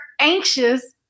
anxious